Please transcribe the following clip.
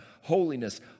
Holiness